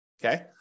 Okay